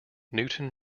newton